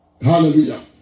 Hallelujah